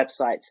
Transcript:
websites